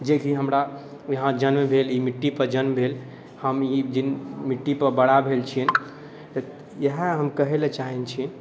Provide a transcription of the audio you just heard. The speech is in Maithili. जेकि हमरा यहाँ जन्म भेल ई मिट्टीपर जन्म भेल हम ई मिट्टीपर बड़ा भेल छिए हम कहैलए चाहै छी